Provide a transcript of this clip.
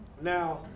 Now